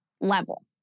level